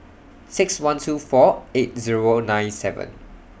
six one two four eight Zero nine seven